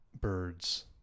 Birds